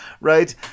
right